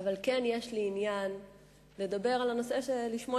אבל כן יש לי עניין לדבר על הנושא שלשמו